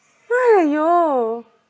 !haiyo!